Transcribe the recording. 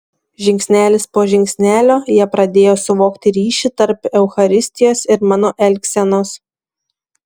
žingsnelis po žingsnelio jie pradėjo suvokti ryšį tarp eucharistijos ir mano elgsenos